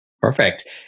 Perfect